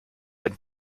ein